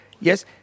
yes